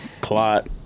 clot